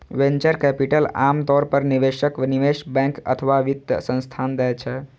venture capital आम तौर पर निवेशक, निवेश बैंक अथवा वित्त संस्थान दै छै